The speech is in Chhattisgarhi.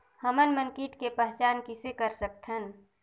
हमन मन कीट के पहचान किसे कर सकथन?